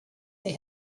they